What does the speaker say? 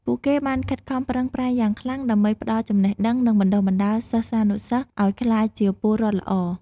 ពួកគេបានខិតខំប្រឹងប្រែងយ៉ាងខ្លាំងដើម្បីផ្តល់ចំណេះដឹង និងបណ្តុះបណ្តាលសិស្សានុសិស្សឱ្យក្លាយជាពលរដ្ឋល្អ។